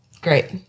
great